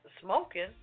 smoking